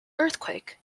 earthquake